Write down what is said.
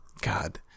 God